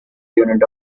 unit